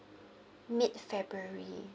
mid-february